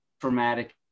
traumatic